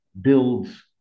builds